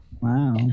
Wow